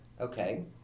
okay